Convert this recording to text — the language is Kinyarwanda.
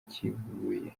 kivuye